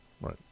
right